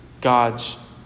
God's